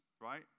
right